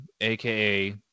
aka